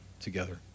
together